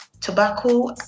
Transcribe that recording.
tobacco